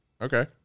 Okay